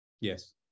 Yes